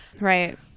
Right